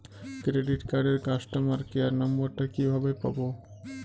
Credit কার্ডের customer care number টা কিভাবে পাবো?